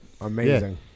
Amazing